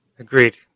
Agreed